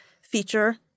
feature